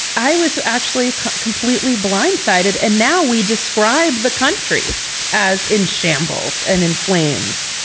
i was actually completely blindsided. and now we describe the country as in shambles and in flames.